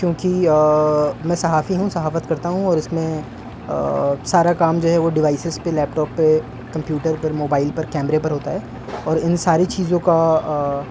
کیونکہ میں صحافی ہوں صحافت کرتا ہوں اور اس میں سارا کام جو ہے وہ ڈیوائسیز پہ لیپ ٹاپ پہ کمپیوٹر پہ موبائل پر کیمرے پر ہوتا ہے اور ان ساری چیزوں کا